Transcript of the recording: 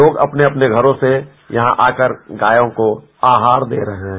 लोग अपने अपने घरों से यहाँ आकर गायों को आहार दे रहे हैं